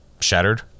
shattered